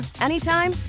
anytime